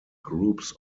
groups